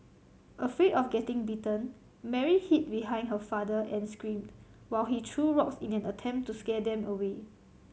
afraid of getting bitten Mary hid behind her father and screamed while he threw rocks in an attempt to scare them away